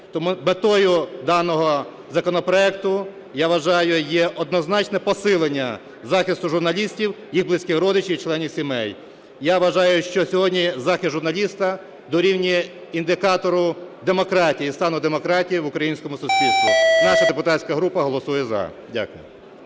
метою даного законопроекту, я вважаю, є однозначне посилення захисту журналістів, їх близьких родичів і членів сімей. Я вважаю, що сьогодні захист журналіста дорівнює індикатору демократії і стану демократії в українському суспільстві. Наша депутатська група голосує "за". Дякую.